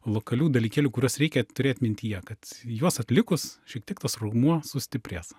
lokalių dalykėlių kuriuos reikia turėt mintyje kad juos atlikus šiek tiek tas raumuo sustiprės